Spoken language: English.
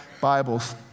Bibles